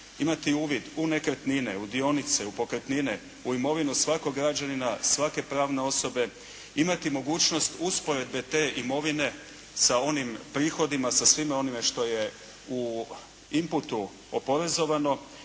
imati uvid u nekretnine, u dionice, u pokretnine, u imovinu svakog građanina, svake pravne osobe, imati mogućnost usporedbe te imovine sa onim prihodima, sa svime onime što je u imputu oporezovano